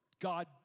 God